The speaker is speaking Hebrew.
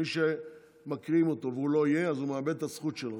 מי שמקריאים את שמו ולא יהיה, מאבד את הזכות שלו.